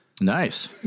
Nice